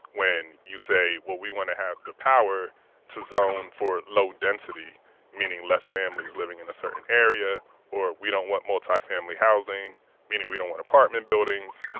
when you say, well, we want to have the power to zone for low density meaning less families living in a certain area or we don't want multifamily housing meaning we don't want apartment buildings,